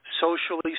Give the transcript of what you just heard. socially